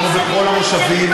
כמו בכל המושבים,